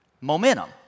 Momentum